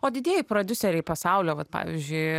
o didieji prodiuseriai pasaulio vat pavyzdžiui